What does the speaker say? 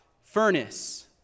furnace